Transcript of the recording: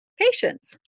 patience